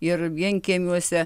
ir vienkiemiuose